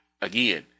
Again